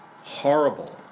horrible